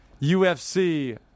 UFC